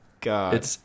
God